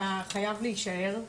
אתה חייב להישאר,